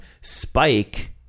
Spike